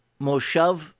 Moshev